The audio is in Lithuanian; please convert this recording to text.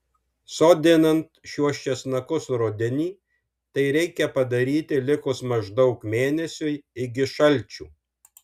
sodinant šiuos česnakus rudenį tai reikia padaryti likus maždaug mėnesiui iki šalčių